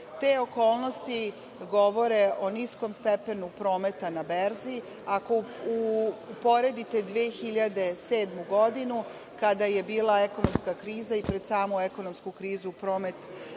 Te okolnosti govore o niskom stepenu prometa na berzi. Ako uporedite 2007. godinu kada je bila ekonomska kriza i pred samu ekonomsku krizu promet